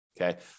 Okay